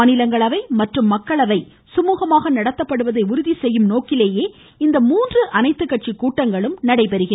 மாநிலங்களவை மற்றும் மக்களவை சுமூகமாக நடத்தப்படுவதை உறுதி செய்யும் செய்யும் நோக்கிலேயே இந்த மூன்று அனைத்துக் கட்சி கூட்டங்களும் நடைபெறுகிறது